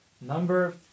number